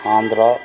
Andhra